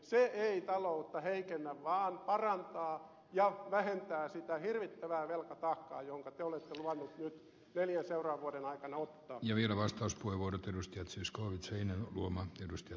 se ei taloutta heikennä vaan parantaa ja vähentää sitä hirvittävää velkataakkaa jonka te olette luvannut nyt neljän seuraavan vuoden aikana hyville vastaus volvon edustaja zyskowicz ei enää huomaa ottaa